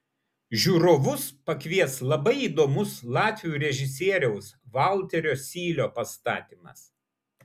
žiūrovus pakvies labai įdomus latvių režisieriaus valterio sylio pastatymas